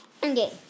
Okay